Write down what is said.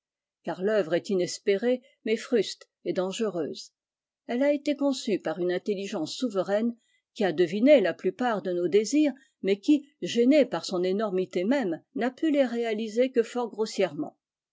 car l'œuvre est inespérée mais fruste et dangereuse elle a été conçue par une intelliger souveraine qui a deviné la plupart de i désirs mais qui gênée par son énorm même n'a pu les réaliser que fort